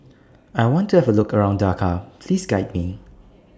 I want to Have A Look around Dakar Please Guide Me